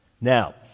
Now